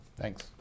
Thanks